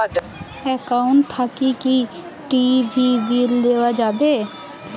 Account থাকি কি TV bill দেওয়া যাবে?